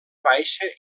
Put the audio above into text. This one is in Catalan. baixa